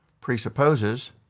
presupposes